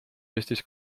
eestis